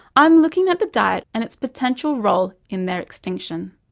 i'm looking at the diet and its potential role in their extinction.